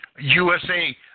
USA